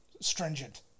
stringent